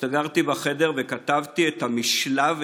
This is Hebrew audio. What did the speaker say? הסתגרתי בחדר וכתבתי את המשלב,